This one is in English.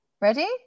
Ready